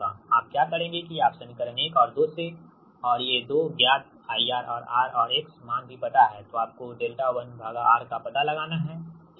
आप क्या करेंगे कि आप समीकरण 1 और 2 से और ये दो 2 ज्ञात IR और R और X मान भी पता है तो आपको 𝛿 1Rका पता लगाना है ठीक